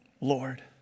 Lord